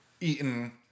eaten